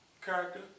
character